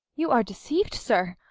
you are deceiv'd, sir,